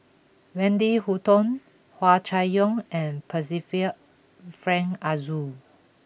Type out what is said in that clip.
Wendy Hutton Hua Chai Yong and Percival Frank Aroozoo